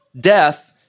death